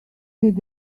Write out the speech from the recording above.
need